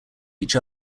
each